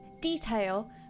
detail